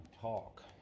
talk